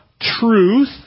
truth